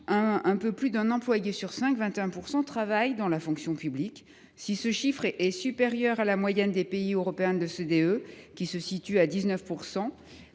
un peu plus d’un employé sur cinq – 21 % précisément – travaille dans la fonction publique. Si ce chiffre est supérieur à la moyenne des pays européens de l’OCDE, qui se situe à 19 %,